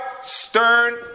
stern